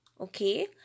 Okay